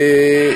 אגב,